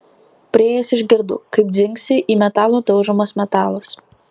priėjęs išgirdo kaip dzingsi į metalą daužomas metalas